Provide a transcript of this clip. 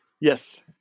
Yes